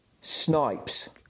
Snipes